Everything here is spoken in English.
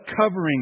covering